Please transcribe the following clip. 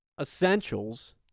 essentials